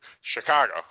Chicago